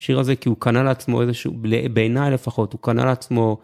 שיר הזה כי הוא קנה לעצמו איזשהו, בעיניי לפחות, הוא קנה לעצמו...